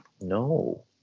no